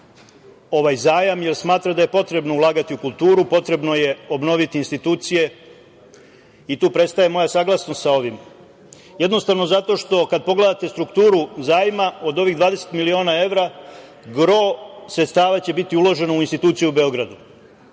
ovaj zajam, jer smatram da je potrebno ulagati u kulturu, potrebno je obnoviti institucije i tu prestaje moja saglasnost sa ovim. Jednostavno zato što kada pogledate strukturu zajma, od ovih 20 miliona evra, gro sredstava će biti uloženo u institucije u Beogradu. Mi